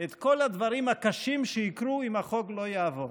את כל הדברים הקשים שיקרו אם החוק לא יעבור.